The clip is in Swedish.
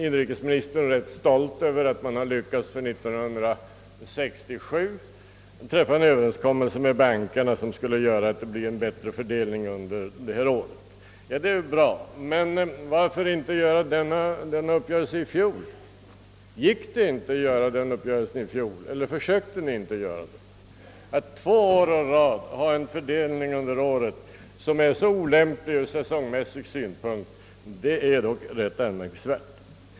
Inrikesministern var rätt stolt över att regeringen för 1967 lyckats träffa en Överenskommelse med bankerna, som skulle möjliggöra en bättre fördelning under detta år. Det är naturligtvis bra, men varför gjorde man inte denna överenskommelse i fjol? Gick det inte att göra den då eller försökte ni inte? Att två år å rad ha en årsfördelning, som är så olämplig ur säsongmässig synpunkt, är rätt anmärkningsvärt.